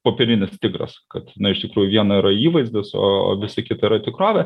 popierinis tigras kad iš tikrųjų viena yra įvaizdis o visa kita yra tikrovė